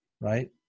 Right